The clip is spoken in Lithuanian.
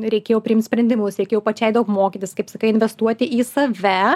reikėjo priimt sprendimus reikėjo pačiai daug mokytis kaip sakai investuoti į save